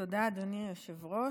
תודה, אדוני היושב-ראש.